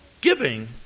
giving